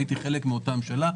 הייתי חלק מאותה ממשלה,